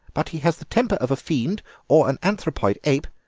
but he has the temper of a fiend or an anthropoid ape,